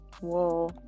Whoa